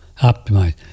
OPTIMIZE